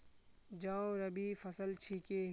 जौ रबी फसल छिके